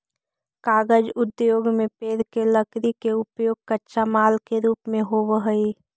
कागज उद्योग में पेड़ के लकड़ी के उपयोग कच्चा माल के रूप में होवऽ हई